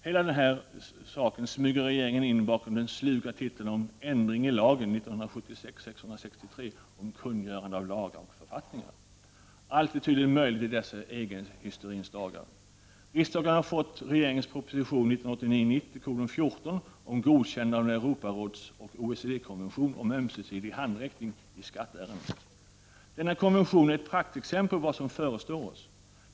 Hela denna sak smyger regeringen in bakom den sluga titeln ”om ändring i lagen om kungörande av lagar och författningar”. Allt är tydligen möjligt i dessa EG-hysterins dagar. Riksdagen har fått regeringens proposition 1989/90:14 om godkännande av Europarådsoch OECD-konventionen om ömsesidig handräckning i skatteärenden m.m. Denna konvention är ett praktexempel på vad som fö restår oss.